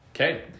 okay